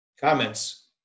comments